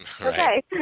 Okay